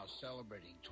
celebrating